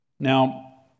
Now